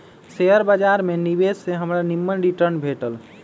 share बाजार में निवेश से हमरा निम्मन रिटर्न भेटल